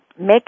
Make